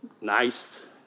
nice